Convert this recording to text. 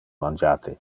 mangiate